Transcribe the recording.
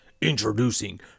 Introducing